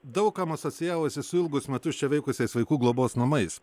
daug kam asocijavosi su ilgus metus čia veikusiais vaikų globos namais